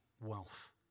wealth